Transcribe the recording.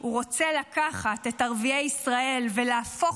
הוא רוצה לקחת את ערביי ישראל ולהפוך